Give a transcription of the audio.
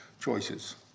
choices